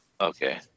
Okay